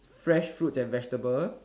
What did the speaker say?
fresh fruits and vegetable